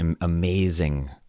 amazing